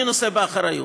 אני נושא באחריות.